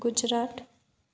Gujarat